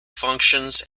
functions